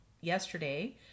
yesterday